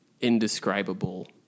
indescribable